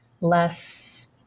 less